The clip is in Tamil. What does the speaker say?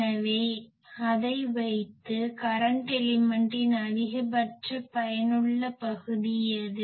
எனவே அதை வைத்து கரன்ட் எலிமென்ட்டின் அதிகபட்ச பயனுள்ள பகுதி எது